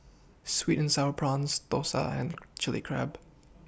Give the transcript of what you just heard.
Sweet and Sour Prawns Thosai and Chili Crab